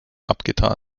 abgetan